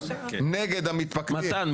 נגד המתפקדים --- מתן,